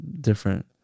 Different